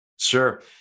Sure